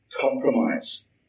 compromise